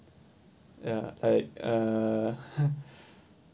ya like uh